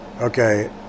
okay